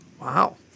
Wow